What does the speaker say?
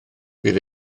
bydd